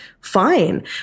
fine